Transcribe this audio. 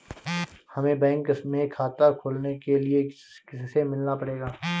हमे बैंक में खाता खोलने के लिए किससे मिलना पड़ेगा?